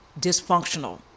dysfunctional